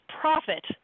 profit